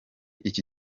iki